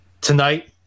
Tonight